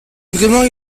vraiment